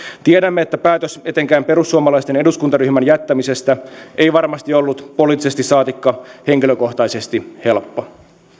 tiedämme että päätös etenkään perussuomalaisten eduskuntaryhmän jättämisestä ei varmasti ollut poliittisesti saatikka henkilökohtaisesti helppo